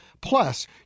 Plus